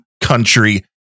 country